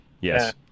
Yes